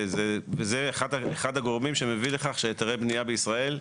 וזה אחד הגורמים שמביא לכך שהיתרי בנייה בישראל,